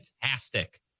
fantastic